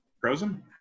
frozen